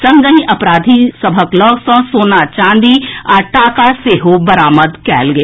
संगहि अपराधी सभक लऽग सँ सोना चांदी आ टाका सेहो बरामद कएल गेल